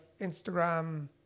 Instagram